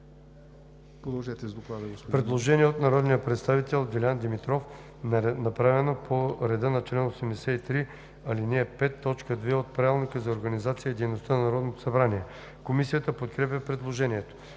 предложение на народния представител Маноил Манев, направено по реда на чл. 83, ал. 5, т. 2 от Правилника за организацията и дейността на Народното събрание. Комисията подкрепя предложението.